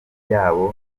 yabo